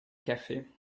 café